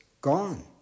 gone